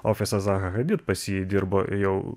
ofisą zaha hadid pas jį dirbo jau